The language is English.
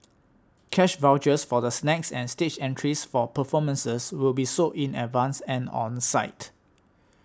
cash vouchers for the snacks and stage entries for performances will be sold in advance and on site